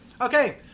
Okay